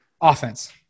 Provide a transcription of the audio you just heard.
Offense